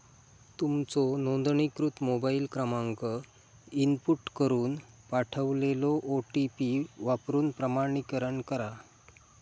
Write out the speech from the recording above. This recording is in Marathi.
तुमचो नोंदणीकृत मोबाईल क्रमांक इनपुट करून पाठवलेलो ओ.टी.पी वापरून प्रमाणीकरण करा